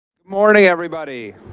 morning everybody.